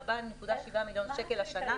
4.7 מיליון שקלים השנה.